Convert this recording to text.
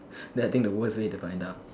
then I think that's the worst way to find out